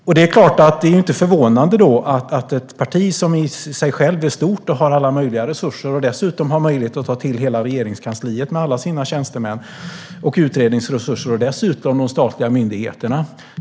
Socialdemokraterna är ett parti som i sig självt är stort och har alla möjliga resurser. Dessutom kan man ta till hela Regeringskansliet med alla tjänstemän och utredningsresurser. Man kan också använda sig av de statliga myndigheterna.